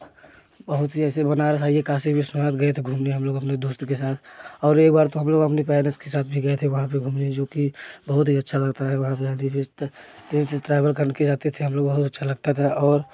बहुत ही ऐसे बनारस है ये काशी विश्वनाथ गए थे घूमने हम लोग अपने दोस्त के साथ और एक बार तो हम लोग अपने पेरेंट्स के साथ भी गए थे वहाँ पर घूमने जो कि बहुत ही अच्छा लगता है वहाँ पर ट्रेन से ट्रैवल करके जाते थे हम लोग बहुत अच्छा लगता था और